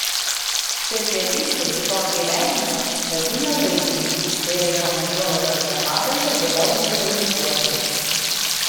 specialistai tokį remontą vadina laikinu bei rekomenduoja tokią padangą vėliau vulkanizuoti